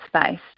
space